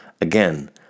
Again